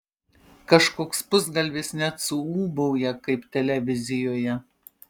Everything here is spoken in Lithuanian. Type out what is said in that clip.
kažkoks pusgalvis net suūbauja kaip televizijoje